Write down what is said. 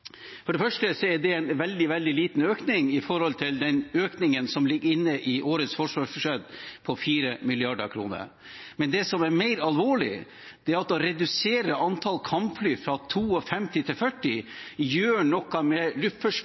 For det første er det en veldig liten økning i forhold til den økningen som ligger inne i årets forsvarsbudsjett på 4 mrd. kr. Men det som er mer alvorlig, er at å redusere antall kampfly fra 52 til 40 gjør noe med